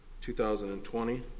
2020